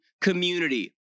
community